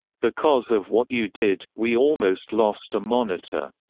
because of what you did, we almost lost a monitor.